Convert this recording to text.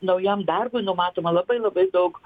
naujam darbui numatoma labai labai daug